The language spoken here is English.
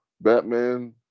Batman